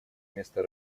место